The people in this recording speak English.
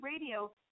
Radio